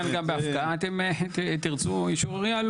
זאת אומרת, גם בהפתעה אתם תרצו אישור עירייה?